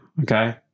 Okay